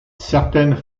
certaines